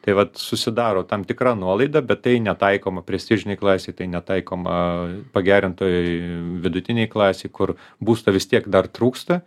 tai vat susidaro tam tikra nuolaida bet tai netaikoma prestižinei klasei tai netaikoma pagerintai vidutinei klasei kur būsto vis tiek dar trūksta